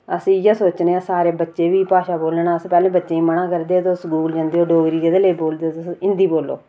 अस इयै सोचने आं सारे बच्चे बी भाषा बोलन अ पैहले बच्चें गी मना करदे हे तुस स्कूल जंदे हो डोगरी कैह्दे लेई बोलदे ओ तुस हिंदी बोल्लो